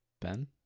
ben